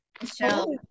Michelle